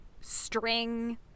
string